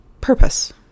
purpose